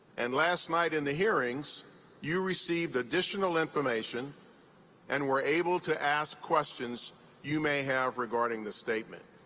and last night in the hearings you received additional information and were able to ask questions you may have regarding the statement.